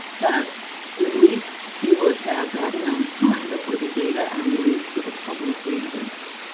but at least you would have that amount of time before the data are released to the public database.